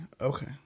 Okay